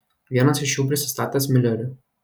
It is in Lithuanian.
vienas iš jų prisistatęs miuleriu